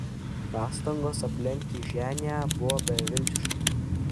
pastangos aplenkti ženią buvo beviltiškos